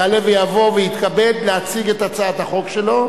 יעלה ויבוא ויתכבד להציג את הצעת החוק שלו.